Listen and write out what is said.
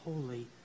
holy